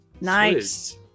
Nice